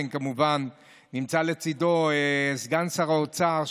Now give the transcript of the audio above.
נמצא לצידו סגן שר האוצר,